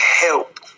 help